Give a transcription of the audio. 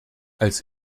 als